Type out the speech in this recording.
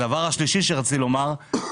הארנונה,